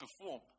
perform